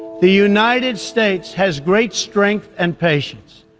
the united states has great strength and patience.